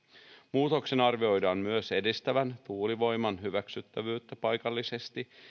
muutoksen arvioidaan myös edistävän tuulivoiman hyväksyttävyyttä paikallisesti